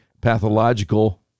pathological